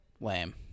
Lame